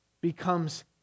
becomes